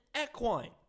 equine